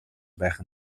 байх